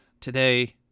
Today